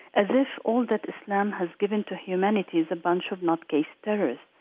as if all that islam has given to humanity is a bunch of nutcase terrorists.